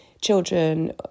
children